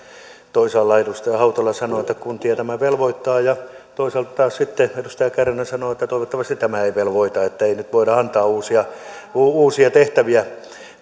toisaalta edustaja hautala sanoo että kuntia tämä velvoittaa ja toisaalta taas sitten edustaja kärnä sanoo että toivottavasti tämä ei velvoita että ei nyt voida antaa uusia uusia tehtäviä